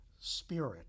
spirit